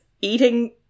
eating